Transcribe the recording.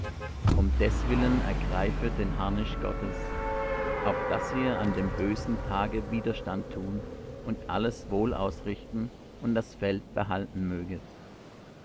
um deswillen ergreifet den harnisch gottes auf daß ihr an dem bösen tage widerstand tun und alles wohl ausrichten und das feld behalten möget